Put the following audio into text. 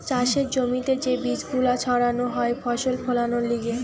চাষের জমিতে যে বীজ গুলো ছাড়ানো হয় ফসল ফোলানোর লিগে